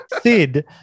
Sid